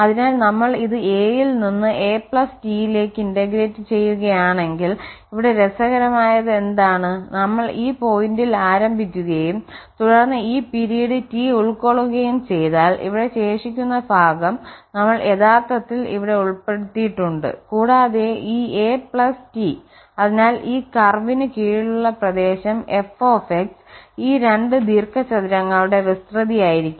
അതിനാൽ നമ്മൾ ഇത് a യിൽ നിന്ന് a T യിലേക്ക് ഇന്റഗ്രേറ്റ് ചെയ്യുകയാണെങ്കിൽഇവിടെ രസകരമായത് എന്താണ് നമ്മൾ ഈ പോയിന്റിൽ ആരംഭിക്കുകയും തുടർന്ന് ഈ പിരീഡ് T ഉൾക്കൊള്ളുകയും ചെയ്താൽഇവിടെ ശേഷിക്കുന്ന ഭാഗം നമ്മൾ യഥാർത്ഥത്തിൽ ഇവിടെ ഉൾപ്പെടുത്തിയിട്ടുണ്ട് കൂടാതെ ഈ a T അതിനാൽ ഈ കർവിന് കീഴിലുള്ള പ്രദേശം f ഈ രണ്ട് ദീർഘചതുരങ്ങളുടെ വിസ്തൃതിയായിരിക്കും